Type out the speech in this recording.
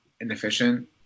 inefficient